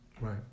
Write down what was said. Right